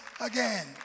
again